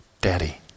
daddy